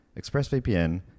ExpressVPN